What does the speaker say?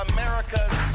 America's